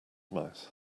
mouth